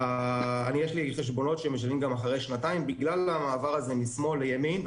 יש לי חשבונות שמשלמים גם אחרי שנתיים בגלל המעבר הזה משמאל לימין.